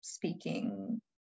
Speaking